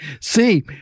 See